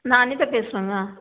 நான் அனிதா பேசுகிறேங்க